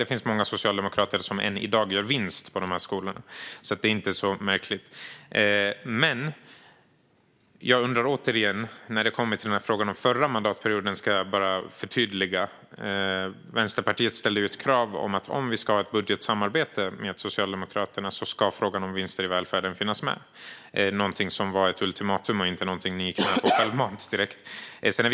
Det finns många socialdemokrater som än i dag gör vinst på dessa skolor, så det är inte så märkligt. När det kommer till frågan om den förra mandatperioden ska jag förtydliga. Vänsterpartiet ställde som krav för ett budgetsamarbete med Socialdemokraterna att frågan om vinster i välfärden skulle finnas med. Det var ett ultimatum och inte direkt något som Socialdemokraterna gick med på självmant.